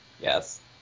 Yes